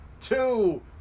two